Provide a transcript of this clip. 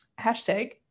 hashtag